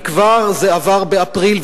כי זה עבר כבר באפריל,